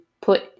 put